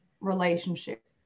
relationship